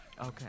Okay